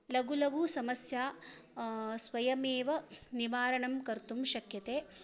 लघु लघु समस्या स्वयमेव निवारणं कर्तुं शक्यते